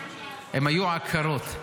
הן היו עקרות.